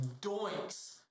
doinks